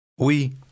Oui